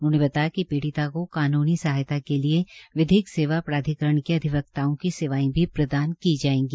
उन्होंने बताया कि पीडिता को कानूनी सहायता के लिए विधिक सेवा प्राधिकरण के अधिवक्ताओं की सेवाएं भी प्रदान की जायेगी